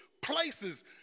places